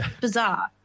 bizarre